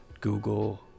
google